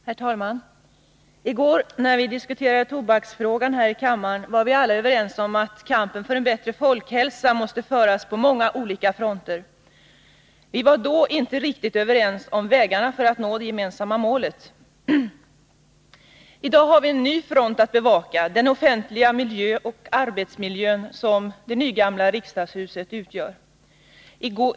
Herr talman! När vi i går diskuterade tobaksfrågan här i kammaren var vi alla överens om att kampen för en bättre folkhälsa måste föras på många olika fronter, men vi var inte riktigt överens om vägarna för att nå det gemensamma målet. I dag har vi en ny front att bevaka, den offentliga miljö och arbetsmiljö som det nygamla riksdagshuset utgör.